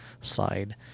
side